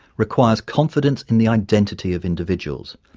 requires confidence in the identity of individuals,